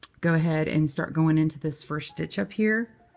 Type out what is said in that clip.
go ahead and start going into this first stitch up here.